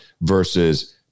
versus